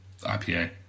ipa